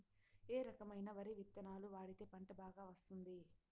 ఏ రకమైన వరి విత్తనాలు వాడితే పంట బాగా వస్తుంది?